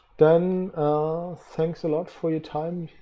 then thanks a lot for your time.